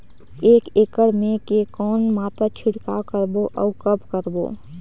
एक एकड़ मे के कौन मात्रा छिड़काव करबो अउ कब करबो?